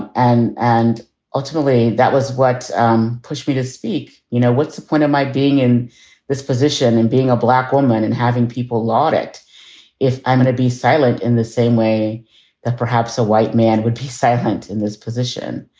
and and ultimately, that was what um pushed me to speak. you know, what's the point of my being in this position and being a black woman and having people lord it if i'm going to be silent in the same way that perhaps a white man would be silent in this position.